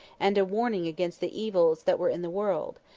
and a warning against the evils that were in the world,